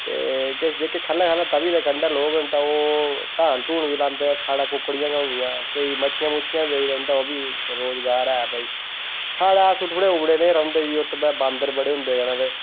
ते किश जेह्के खल्ले खल्ले तवी दे कंडै लोक ना ते ओह् धान धून बी लांदे ते साढ़े कुक्कड़िया गै होंदिया केईं मच्छियां मुच्छियां बी बेचदे उंदा बी रोजगार ऐ भई साढ़े अस थोहड़े उबड़े जेहे रौह्ना हा उत्थे भई बांदर बड़े होंदे कन्नै ते